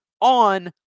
on